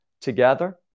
together